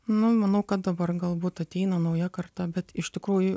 nu manau kad dabar galbūt ateina nauja karta bet iš tikrųjų